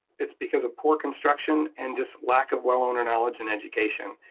it's because of poor construction and just lack of well owner knowledge and education.